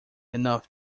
enough